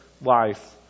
life